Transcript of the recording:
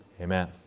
Amen